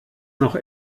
noch